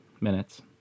minutes